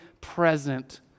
present